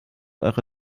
eure